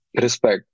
respect